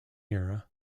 era